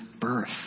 birth